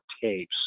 tapes